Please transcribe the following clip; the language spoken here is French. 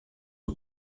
aux